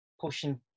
pushing